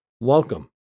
welcome